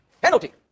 penalty